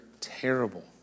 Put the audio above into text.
terrible